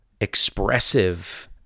expressive